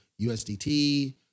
USDT